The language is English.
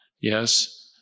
yes